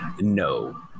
No